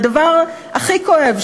והדבר הכי כואב,